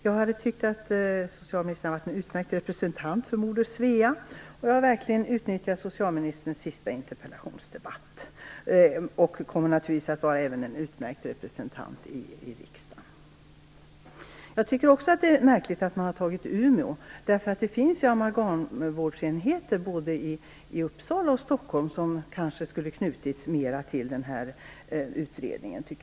Jag har tyckt att socialministern har varit en utmärkt representant för Moder Svea, och hon kommer naturligtvis att vara en utmärkt representant även i riksdagen. Jag vill verkligen utnyttja socialministerns sista interpellationsdebatt. Jag tycker också att det är märkligt att man har valt Umeå. Det finns ju amalgamvårdsenheter i både Uppsala och Stockholm som kanske skulle knutits hårdare till den här utredningen.